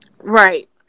Right